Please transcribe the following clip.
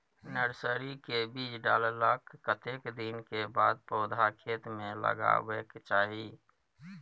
Nursery मे बीज डाललाक कतेक दिन के बाद पौधा खेत मे लगाबैक चाही?